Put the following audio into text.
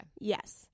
yes